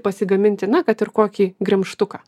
pasigaminti na kad ir kokį gremžtuką